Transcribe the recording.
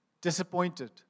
disappointed